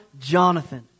Jonathan